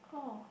oh